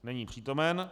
Není přítomen.